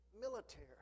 military